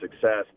success